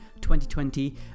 2020